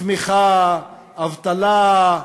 צמיחה, אבטלה,